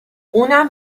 اونم